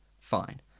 Fine